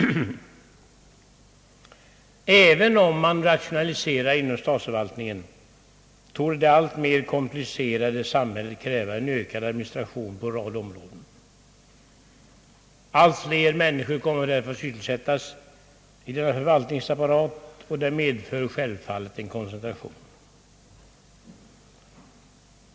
Även om man rationaliserar inom statsförvaltningen torde det alltmer komplicerade samhället kräva en ökad administration på en rad områden. Allt fler människor kommer därför att sysselsättas inom denna förvaltningsapparat och det medför självfallet en koncentration.